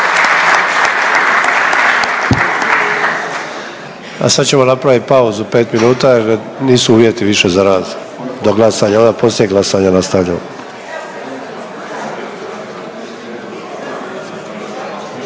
A sad ćemo napravit pauzu 5 minuta jer nisu uvjeti više za rad, do glasanja, a onda poslije glasanja nastavljamo.